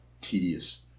tedious